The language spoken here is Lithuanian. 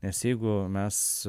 nes jeigu mes